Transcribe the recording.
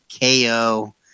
KO